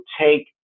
take